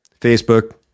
Facebook